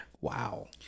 Wow